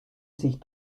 sich